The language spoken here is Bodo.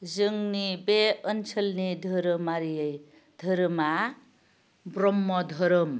जोंनि बे ओनसोलनि धोरोमारियै धोरोमा ब्रह्म धोरोम